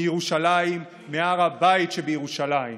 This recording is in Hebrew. מירושלים, מהר הבית שבירושלים: